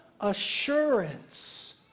assurance